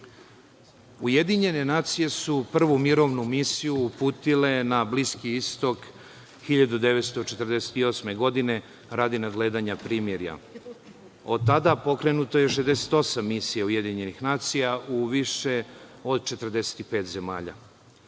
konflikte. Ujedinjene nacije su prvu mirovnu misiju uputile na Bliski istok 1948. godine radi nadgledanja primirja, od tada pokrenuto je 68 misija UN u više od 45 zemalja.